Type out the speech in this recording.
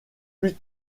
plus